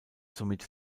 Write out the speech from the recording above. somit